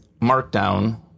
Markdown